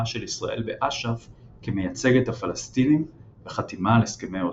של ישראל באש"ף כמיצג את הפלסטינים וחתימה על הסכמי אוסלו.